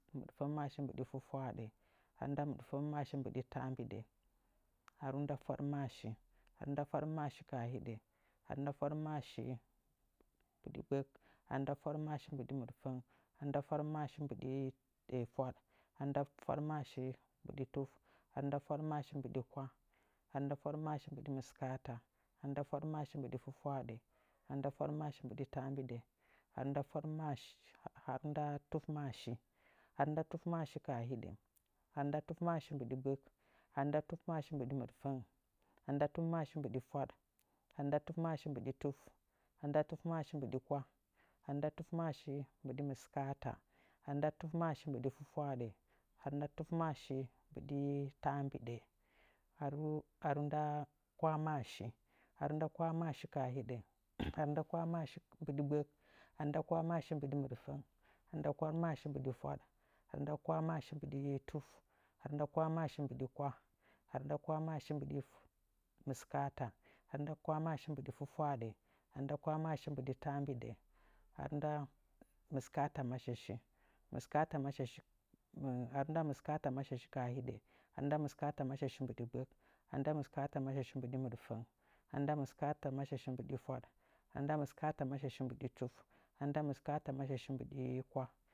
Mɨɗfəngmashashi mbɨɗi fwafwaaɗə ghaaru nda miɗtangmashashi mbɨɗa yaambiɗa ghaaru nda fwaɗamashashi. Ghaaru nda fwaɗmashashi ka hiɗa. Ghaaru nda fwaɗmashashi mbɨdɨ gbak. Ghaaru nda fwaɗmashashi mbɨidi miɗifwaɗ. ghaaru nda fwaɗmashashi mbɨɗi tuf. ghaaru nda fwaɗmashashi mbɨɗi kwah. ghaaru nda fwaɗmashashi mbɨɗi mikaata. ghaaru nda fwaɗmashashi mbɨɗi fwatwaaɗa. ghaaru nda fwaɗmashashi mbɨɗi taambiɗa. Ghaaru nda tufmashashi kaa hiɗa. Ghaaru nda tufmashashi kaa biɗa. Ghaaru nda tufmashashi mbaɗi gbak. Ghaaru nda tufmashashi mbɨɗi mɨɗfang. Ghaaru nda tufmashashi mbɨdi fwad. Ghaaru nda tufmashashi mbɨɗi tuf. Ghaaru nda tufmashashi mbɨidi mɨskaata. Ghaaru nda tufmashashi mbɨɗi fwafwaaɗa. Ghaaru nda tufmashashi mbɨɗi taambiɗa. Ghaaru nda kwahmashashi. Ghaaru nda kwahmashashi kaa hiɗa. Ghaaru nda kwahmashashi mbɨɗi gbak. Ghaaru nda kwahmashashi mbɨɗi mɨɗtang. Ghaaru nda kwah mashashi mbɨɗi fwad. Ghaaru nda kwakmashashi mbɨɗi tuf. Ghaaru nda kwahmashashi mbɨdi kwah ghaaru na kwahmashashi mbɨɗi mɨskaata ghaaru na kwahmashashi mbɨɗi fwafwaaɗə ghaaru nda tufmashashi mbɨɗi taambiɗə ghaaru nda kwanmashashi ghaaru nda kwahmashashi kaa hiɗə ghaaru nda kwahmashashi mbiɗi gbək ghaaru nda kwahmashashi mbɨɗi mɨɗfəng ghaaru nda kwahmashashi mbɨɗi fwad ghaaru nda kwahmashashi mbɨɗi fwaɗ ghaaru nda kwahmashashi mbɨɗi tut ghaaru nda kwahmashashi mbɨɗi kwah ghaaru nda kwahmashashi mbɨɗi mɨskaata ghaaru na kwahmashashi mbɨɗi fwatwaaɗə ghaaru nda kwahmashashi mbɨɗi taambiɗa ghaaru nda mɨskaata mashashi kaa hiɗa ghaaru nda mɨskaata mashashi mbɨɗi gbak ghaaru nda mɨskaata mashashi mbɨɗi mɨɗfəng ghaaru na miskaata mashashi mbɨɗi fwad ghaaru nda mɨskaata mashashi mbɨɗi tuf ghaaru nda mɨskaata mashashi mbɨɗi kwa